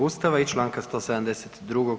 Ustava i Članka 172.